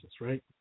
right